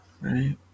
right